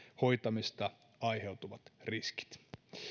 hoitamisesta aiheutuvat riskit